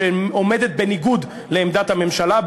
שעומדת בניגוד לעמדת הממשלה,